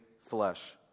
flesh